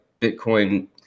Bitcoin